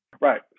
Right